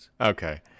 Okay